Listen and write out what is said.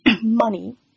money